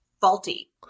Faulty